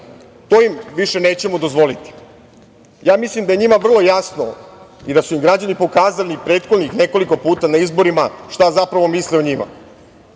To im više nećemo dozvoliti. Ja mislim da je njima vrlo jasno i da su im građani pokazali prethodnih nekoliko puta na izborima šta zapravo misle o njima.